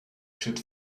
should